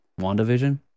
WandaVision